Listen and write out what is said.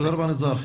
תודה רבה, ניזאר.